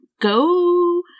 go